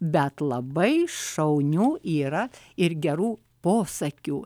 bet labai šaunių yra ir gerų posakių